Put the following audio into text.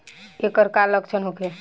ऐकर का लक्षण होखे?